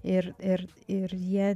ir ir ir jie